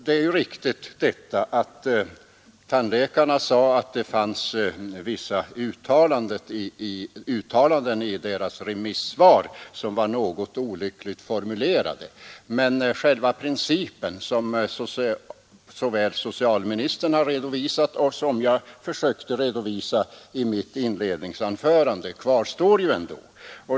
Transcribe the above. Det är riktigt att tandläkarna sade att det fanns vissa uttalanden i deras remissvar som var något olyckligt formulerade. Men själva principen, som socialministern har redovisat och som även jag försökte redovisa i mitt inledningsanförande, kvarstår ändå.